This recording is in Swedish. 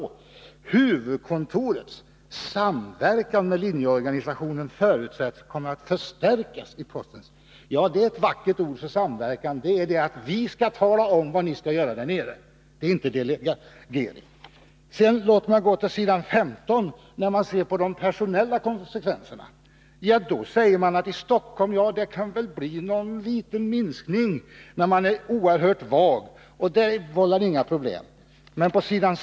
Där står: ”Huvudkontorets samverkan med linjeorganisationen förutses komma att förstärkas i Postens nya administrativa organisation.” Det är vackra ord om samverkan. Det innebär att vi här uppe skall tala om vad ni skall göra där nere. Det är inte delegering. Låt mig sedan gå till s. 15 när det gäller de personella konsekvenserna. Där säger man att det i Stockholm kan bli en liten minskning. Man är emellertid mycket vag, och den lilla minskningen vållar inga problem. Pås.